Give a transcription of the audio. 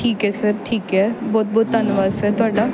ਠੀਕ ਹੈ ਸਰ ਠੀਕ ਹੈ ਬਹੁਤ ਬਹੁਤ ਧੰਨਵਾਦ ਸਰ ਤੁਹਾਡਾ